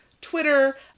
twitter